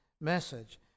message